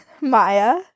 Maya